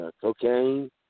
Cocaine